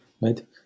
right